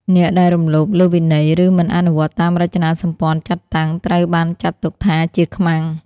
អ្នកដែលរំលោភលើវិន័យ ឬមិនអនុវត្តតាមរចនាសម្ព័ន្ធចាត់តាំង ត្រូវបានចាត់ទុកថាជាខ្មាំង។